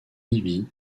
ivy